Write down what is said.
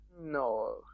No